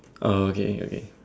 oh okay okay